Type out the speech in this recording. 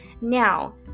Now